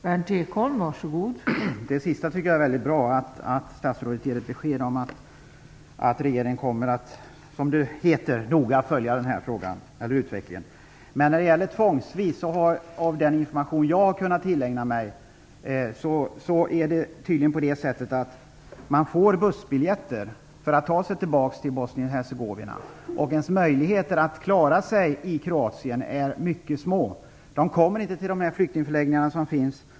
Fru talman! Det sistnämnda tycker jag är mycket bra, dvs. statsrådets besked om att regeringen noga kommer att följa den här utvecklingen. Men när det gäller det tvångsvisa återsändandet är det enligt den information som jag har kunnat tillägna mig tydligen på det sättet att man får bussbiljetter för att ta sig tillbaka till Bosnien-Hercegovina. Människornas möjligheter att klara sig i Kroatien är dock mycket små. De kommer inte till de flyktingförläggningar som finns.